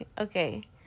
okay